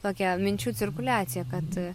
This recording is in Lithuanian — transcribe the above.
tokią minčių cirkuliaciją kad